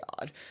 God